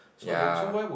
ya